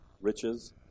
riches